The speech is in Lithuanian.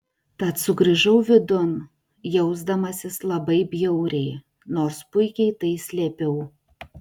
tad sugrįžau vidun jausdamasis labai bjauriai nors puikiai tai slėpiau